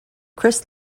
chris